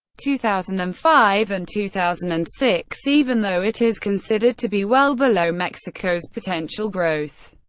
two thousand and five and two thousand and six, even though it is considered to be well below mexico's potential growth.